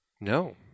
No